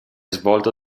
svolto